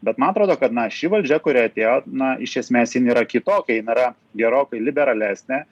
bet man atrodo kad na ši valdžia kuri atėjo na iš esmės jin yra kitokia jin yra gerokai liberalesnė